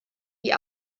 die